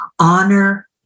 Honor